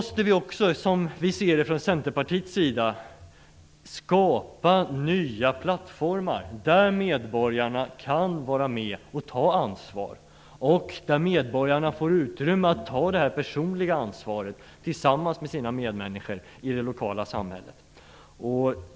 Som vi ser det från Centerpartiets sida måste det då också skapas nya plattformar, där medborgarna kan vara med om att ta ansvar och får utrymme att personligt ta på sig detta tillsammans med sina medmänniskor i det lokala samhället.